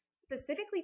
specifically